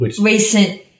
recent